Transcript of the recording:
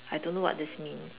I don't know what this means